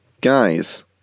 Guys